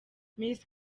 miss